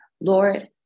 Lord